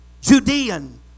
Judean